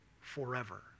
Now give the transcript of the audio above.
forever